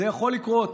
זה יכול לקרות.